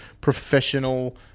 professional